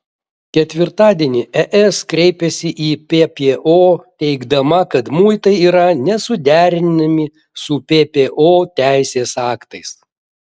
ketvirtadienį es kreipėsi į ppo teigdama kad muitai yra nesuderinami su ppo teisės aktais